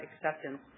acceptance